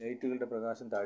ലൈറ്റുകളുടെ പ്രകാശം താഴ്ത്തുക